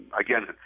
again